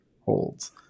holds